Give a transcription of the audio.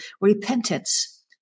repentance